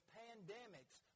pandemics